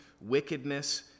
wickedness